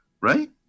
right